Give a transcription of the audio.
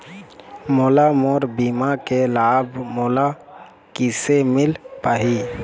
मोला मोर बीमा के लाभ मोला किसे मिल पाही?